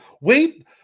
Wait